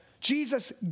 Jesus